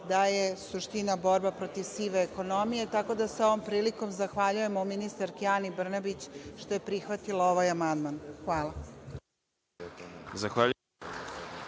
da je suština borba protiv sive ekonomije. Tako da, ovom prilikom se zahvaljujemo ministarki Ani Brnabić što je prihvatila ovaj amandman. Hvala.